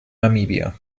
namibia